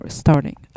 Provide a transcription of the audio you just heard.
starting